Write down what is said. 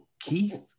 keith